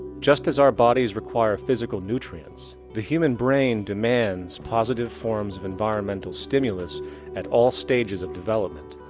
just as our bodies require physical nutrients, the human brain demands positive forms of environmental stimulus at all stages of development,